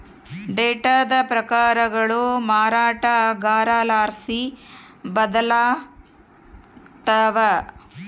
ಡೇಟಾದ ಪ್ರಕಾರಗಳು ಮಾರಾಟಗಾರರ್ಲಾಸಿ ಬದಲಾಗ್ತವ